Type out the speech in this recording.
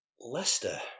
leicester